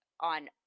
on